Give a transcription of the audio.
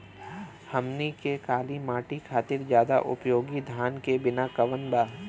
हमनी के काली माटी खातिर ज्यादा उपयोगी धान के बिया कवन बा?